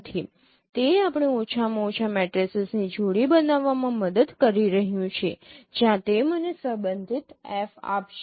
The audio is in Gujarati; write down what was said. તે આપણે ઓછામાં ઓછા મેટ્રિસિસની જોડી બનાવવામાં મદદ કરી રહ્યું છે જ્યાં તે મને સંબંધિત F આપશે